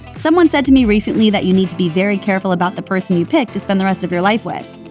someone said to me recently that you need to be very careful about the person you pick to spend the rest of your life with.